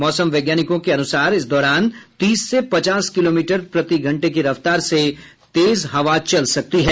मौसम वैज्ञानिकों के अनुसार इस दौरान तीस से पचास किलोमीटर प्रतिघंटे की रफ्तार से तेज हवा चल सकती है